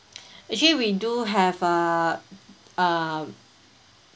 actually we do have uh uh